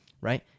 right